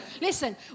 Listen